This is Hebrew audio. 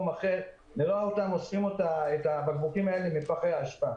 אחר נראה אותם אוספים את הבקבוקים האלה מפחי האשפה.